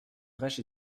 brèche